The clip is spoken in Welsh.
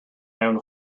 mewn